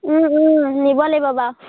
নিব লাগিব বাৰু